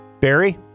Barry